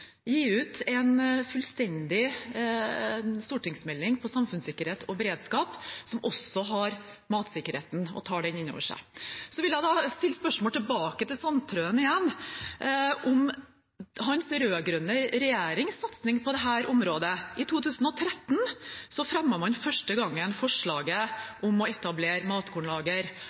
gi ut en fullstendig stortingsmelding om samfunnssikkerhet og beredskap, som også tar for seg matsikkerhet. Jeg vil stille spørsmål tilbake til Sandtrøen om hans rød-grønne regjerings satsing på dette området. I 2013 fremmet man første gang forslaget om å etablere